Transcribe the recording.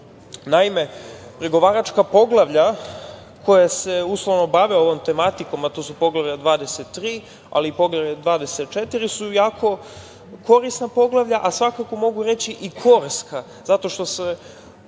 pregovaračka poglavlja koja se uslovno bave ovom tematikom, a to su Poglavlje 23, ali i Poglavlje 24, su jako korisna poglavlja, a svakako mogu reći korska zato što su